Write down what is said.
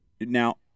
Now